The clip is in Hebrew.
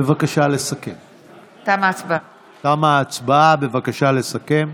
תמה ההצבעה, בבקשה לסכם.